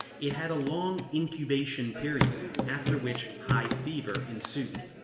it had a long incubation period, after which high fever ensued.